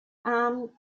armed